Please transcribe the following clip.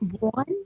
One